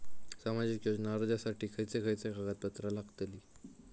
सामाजिक योजना अर्जासाठी खयचे खयचे कागदपत्रा लागतली?